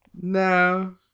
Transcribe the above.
No